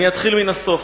אני אתחיל מן הסוף.